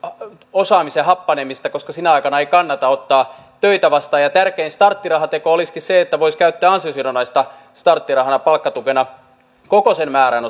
osaamisen happanemista koska sinä aikana ei kannata ottaa töitä vastaan tärkein starttirahateko olisikin se että voisi käyttää ansiosidonnaista starttirahana palkkatukena koko sen määrän